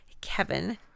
Kevin